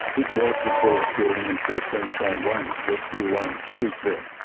it was the tallest building until queensland one, until q one, was built.